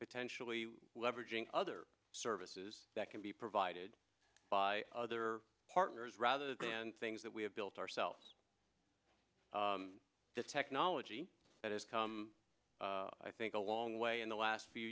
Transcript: potentially leveraging other services that can be provided by other partners rather than things that we have built ourselves this technology that has come i think a long way in the last few